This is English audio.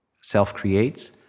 self-creates